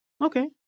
Okay